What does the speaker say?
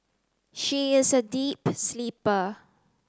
she is a deep sleeper